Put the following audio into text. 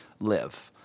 live